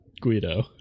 Guido